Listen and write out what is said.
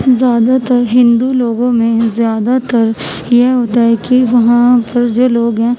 زیادہ تر ہندو لوگوں میں زیادہ تر یہ ہوتا ہے کہ وہاں پر جو لوگ ہیں